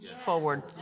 forward